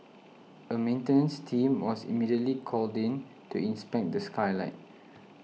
a maintenance team was immediately called in to inspect the skylight